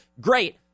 Great